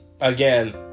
again